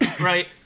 right